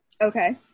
Okay